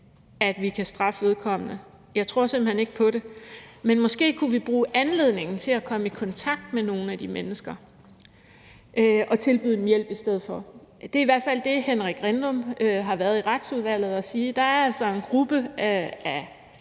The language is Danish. at vi kan straffe vedkommende? Jeg tror simpelt hen ikke på det. Men måske kunne vi bruge anledningen til at komme i kontakt med nogle af de mennesker og tilbyde dem hjælp i stedet for. Det er i hvert fald det, Henrik Rindom har været i Retsudvalget og sige. Der er altså en gruppe af